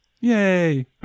Yay